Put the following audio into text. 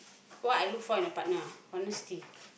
what I look for in a partner ah honesty